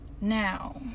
Now